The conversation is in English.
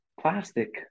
plastic